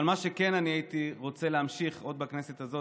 אבל מה שהייתי רוצה להמשיך עוד בכנסת הזאת